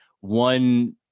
one